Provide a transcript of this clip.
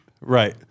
Right